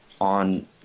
on